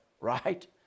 right